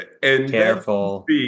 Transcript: Careful